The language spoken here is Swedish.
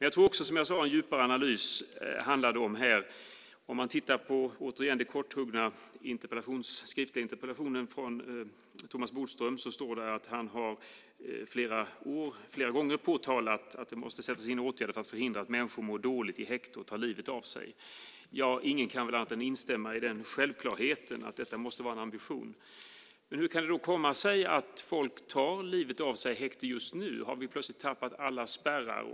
Jag tror också, som jag sade, att det handlar om en djupare analys. I den kortfattade interpellationen från Thomas Bodström står det att han "har påtalat att det måste sättas in åtgärder för att förhindra att människor som mår dåligt i häkte tar livet av sig". Ja, ingen kan väl annat än instämma i den självklarheten, att detta måste vara en ambition. Men hur kan det då komma sig att folk tar livet av sig i häkte just nu? Har vi plötsligt tappat alla spärrar?